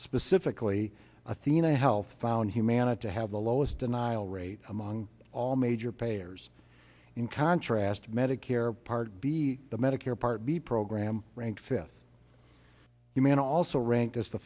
specifically athenahealth found humana to have the lowest denial rate among all major payers in contrast medicare part b the medicare part b program ranked fifth you can also rank as the